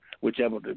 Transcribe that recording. whichever